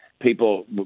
people